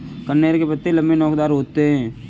कनेर के पत्ते लम्बे, नोकदार होते हैं